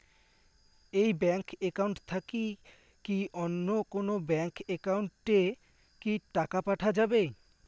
এই bank account থাকি কি অন্য কোনো ব্যাংক একাউন্ট এ কি টাকা পাঠা যাবে?